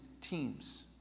teams